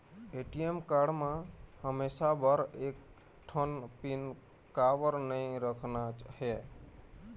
ATM card म हमेशा बर एक ठन पिन काबर नई रखना हे?